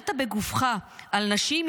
כשהגנת בגופך על נשים,